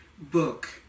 book